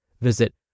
Visit